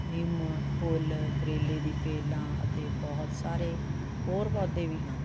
ਨਿੰਮ ਫੁੱਲ ਕਰੇਲੇ ਦੀ ਵੇਲਾਂ ਅਤੇ ਬਹੁਤ ਸਾਰੇ ਹੋਰ ਪੌਦੇ ਵੀ ਹਨ